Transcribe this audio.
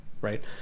right